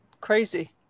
crazy